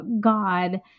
God